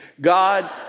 God